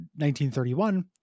1931